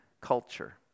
culture